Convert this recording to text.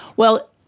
well,